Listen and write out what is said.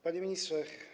Panie Ministrze!